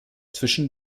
zwischen